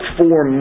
four